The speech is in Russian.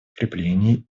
укрепления